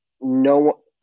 no